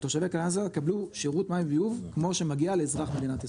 שתושבי קלנסווה יקבלו שירות מים וביוב כמו שמגיע לאזרח במדינת ישראל.